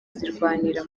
zirwanira